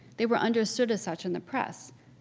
they were understood as such in the press,